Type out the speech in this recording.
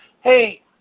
Hey